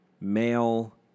Male